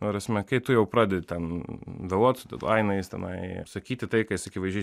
ta prasme kai tu jau pradedi ten vėluot su dedlainais tenai ir sakyti tai kas akivaizdžiai